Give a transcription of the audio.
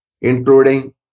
including